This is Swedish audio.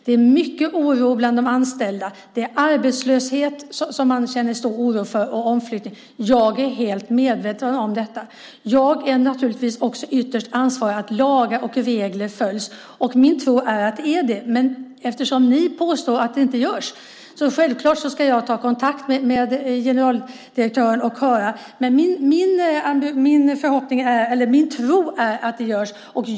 Det finns en stor oro för arbetslöshet och omflyttning bland de anställda. Jag är helt medveten om detta. Jag är naturligtvis också ytterst ansvarig för att lagar och regler följs, och min tro är att så sker. Eftersom ni påstår att det inte är så ska jag dock självklart ta kontakt med generaldirektören och höra efter, men min tro är att lagar och regler följs.